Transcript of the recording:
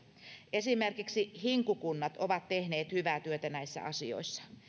esimerkiksi hinku kunnat ovat tehneet hyvää työtä näissä asioissa